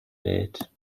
welt